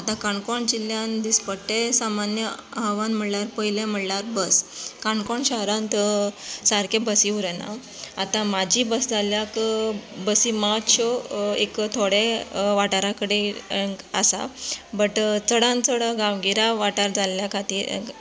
आता काणकोण जिल्यांत दिसपट्टे सामान्य आव्हान पयलें म्हणल्यार बस काणकोण शहरांत सारकें बसीं उरना आतां म्हजी बस जाल्याक बसीं मातश्यो एक थोडे वाठारा कडे आसा बट चडान चड गांवगिरे वाठार जाल्या खातीर